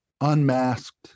unmasked